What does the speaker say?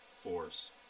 force